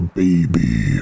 baby